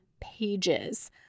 pages